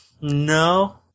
no